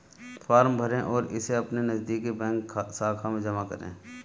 form भरें और इसे अपनी नजदीकी बैंक शाखा में जमा करें